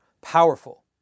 powerful